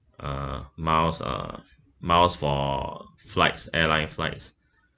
uh miles uh miles for flights airline flights